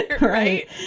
right